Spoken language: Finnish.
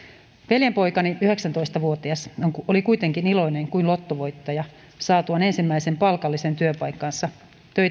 veljenpoikani yhdeksäntoista vuotias oli kuitenkin iloinen kuin lottovoittaja saatuaan ensimmäisen palkallisen työpaikkansa töitähän hän on